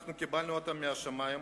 אנחנו קיבלנו אותם מהשמים.